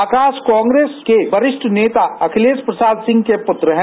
आकाश कांग्रेस के वरिष्ठ नेता अखिलेश प्रसाद सिंह के पुत्र हैं